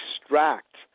extract